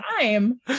time